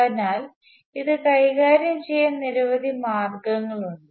അതിനാൽ ഇത് കൈകാര്യം ചെയ്യാൻ നിരവധി മാർഗങ്ങളുണ്ട്